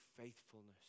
faithfulness